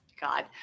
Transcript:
god